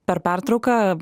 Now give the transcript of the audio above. per pertrauką